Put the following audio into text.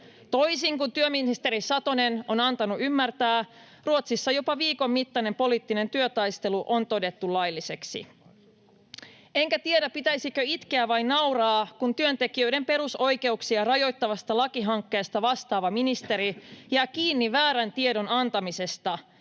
Toisin kuin työministeri Satonen on antanut ymmärtää, Ruotsissa jopa viikon mittainen poliittinen työtaistelu on todettu lailliseksi. Enkä tiedä, pitäisikö itkeä vai nauraa, kun työntekijöiden perusoikeuksia rajoittavasta lakihankkeesta vastaava ministeri jää kiinni väärän tiedon antamisesta